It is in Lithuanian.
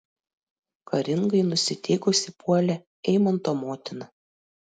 karingai nusiteikusi puolė eimanto motina